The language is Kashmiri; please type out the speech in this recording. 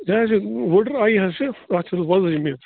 یہِ حظ یہِ وُدٕر آیی حظ چھِ تَتھ چھِ سۄ وَزٕج میٚژ